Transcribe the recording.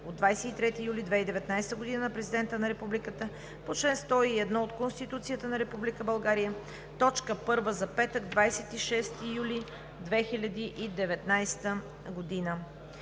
от 23 юли 2019 г. на Президента на Републиката по чл. 101 от Конституцията на Република България – точка първа за петък, 26 юли 2019 г.